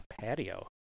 patio